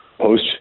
post